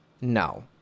no